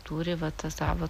turi va tą savo